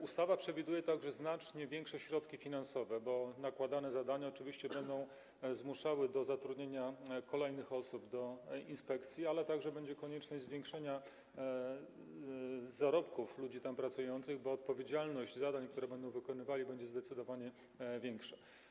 Ustawa przewiduje także znacznie większe środki finansowe, bo nakładane zadania oczywiście będą zmuszały do zatrudniania kolejnych osób w inspekcji, a także będzie konieczność zwiększenia zarobków ludzi tam pracujących, bo odpowiedzialność wobec zadań, które będą oni wykonywali, będzie zdecydowanie większa.